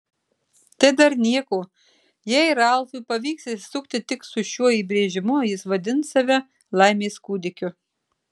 tai dar nieko jei ralfui pavyks išsisukti tik su šiuo įbrėžimu jis vadins save laimės kūdikiu